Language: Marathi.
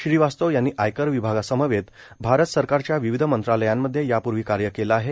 श्रीवास्तव यांनी आयकर विभागा समवेत भारत सरकारच्या विविध मंत्रालयांमध्ये यापूर्वी कार्य केले आहे